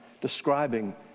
describing